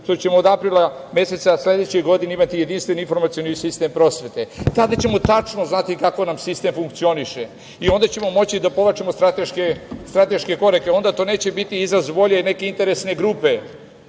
što ćemo od aprila meseca sledeće godine imati jedinstven informacioni sistem prosvete. Tada ćemo tačno znati kako nam sistem funkcioniše i onda ćemo moći da povećamo strateške korake. Onda to neće biti izraz volje neke interesne grupe,